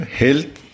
health